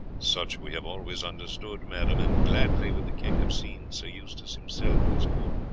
such we have always understood, madam, and gladly would the king have seen sir eustace himself at his court.